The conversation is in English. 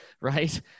right